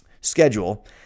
Schedule